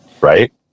Right